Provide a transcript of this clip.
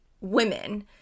women